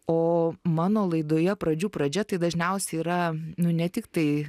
o mano laidoje pradžių pradžia tai dažniausiai yra nu ne tik tai